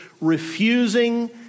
refusing